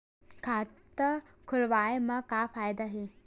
खाता खोलवाए मा का फायदा हे